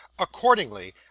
Accordingly